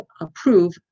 approve